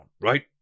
right